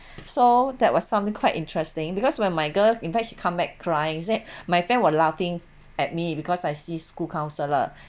so that was something quite interesting because when my girl in fact she come back crying she said my friend were laughing at me because I see school counsellor